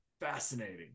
Fascinating